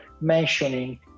mentioning